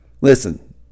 Listen